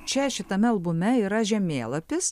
čia šitame albume yra žemėlapis